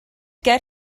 get